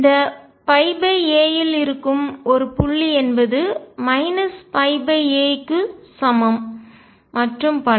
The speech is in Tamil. இந்த a இல் இருக்கும் ஒரு புள்ளி என்பது a க்கு சமம் மற்றும் பல